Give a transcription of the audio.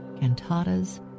cantatas